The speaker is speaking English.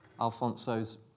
Alfonso's